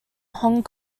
hong